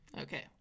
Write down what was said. okay